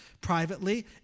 privately